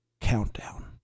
countdown